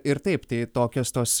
ir taip tai tokios tos